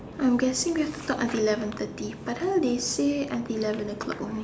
I'm guessing we have to talk until eleven thirty but how they say until eleven o'clock only